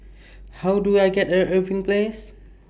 How Do I get A Irving Place